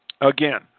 Again